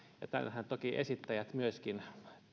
ja tämänhän toki esittäjät myöskin